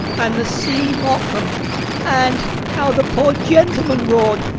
and the sea mocked them and how the poor gentleman roared,